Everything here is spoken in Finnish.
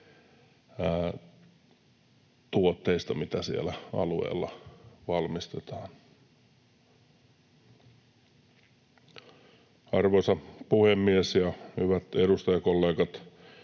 tuotteista, mitä siellä alueella valmistetaan. Arvoisa puhemies ja hyvät edustajakollegat!